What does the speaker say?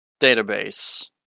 database